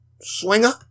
Swinger